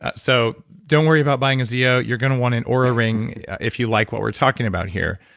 ah so, don't worry about buying a zeo. you're going to want an oura ring if you like what we're talking about here.